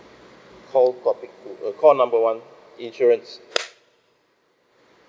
call topic two uh call number one insurance